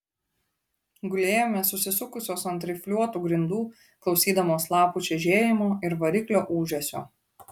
gulėjome susisukusios ant rifliuotų grindų klausydamos lapų čežėjimo ir variklio ūžesio